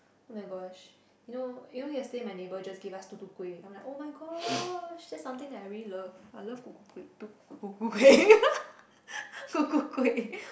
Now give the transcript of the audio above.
[oh]-my-gosh you know you know yesterday my neighbour just gave us tutu-kueh I'm like [oh]-my-gosh that's something that I really love I love kuku-kueh tuku-kueh kuku-kueh